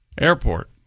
Airport